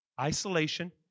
isolation